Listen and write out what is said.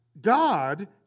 God